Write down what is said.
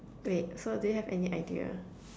wait so do you have any idea